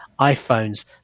iPhones